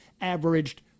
averaged